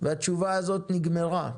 והתשובה הזאת נגמרה.